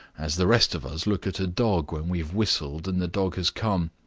as the rest of us look at a dog when we have whistled and the dog has come.